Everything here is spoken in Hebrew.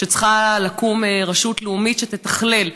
שבו צריכה לקום רשות לאומית שתתכלל,